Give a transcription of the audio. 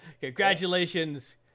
Congratulations